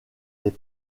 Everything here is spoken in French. les